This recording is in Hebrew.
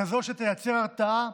כזו שתייצר הרתעה,